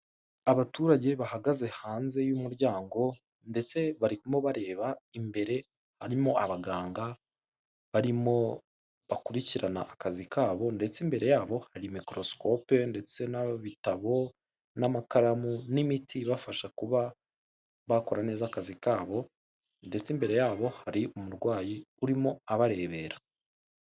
Abaturage bahagaze hanze y'umuryango, ndetse barimo bareba imbere. Harimo abaganga, barimo bakurikirana akazi kabo, ndetse imbere yabo hari mikorosikope ndetse n'ibitabo n'amakaramu, n'imiti ibafasha kuba bakora neza akazi kabo, ndetse imbere yabo hari umurwayi urimo abarebera.